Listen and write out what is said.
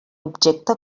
objecte